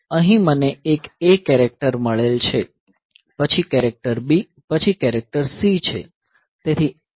અહીં મને એક a કેરેક્ટર મળેલ છે પછી કેરેક્ટર b પછી કેરેક્ટર c છે